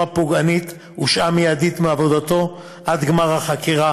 פוגענית הושעה מיידית מעבודתו עד גמר החקירה